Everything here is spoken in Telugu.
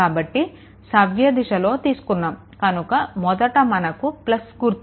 కాబట్టి సవ్య దిశలో తీసుకున్నాము కనుక మొదట మనకు గుర్తు వస్తుంది